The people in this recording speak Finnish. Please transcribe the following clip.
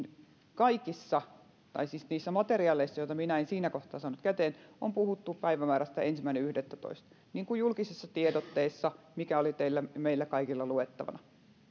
kaikissa tai siis niissä materiaaleissa joita minä en siinä kohtaa saanut käteeni on puhuttu päivämäärästä ensimmäinen yhdettätoista niin kuin julkisessa tiedotteessa mikä oli meillä kaikilla luettavana